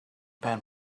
pan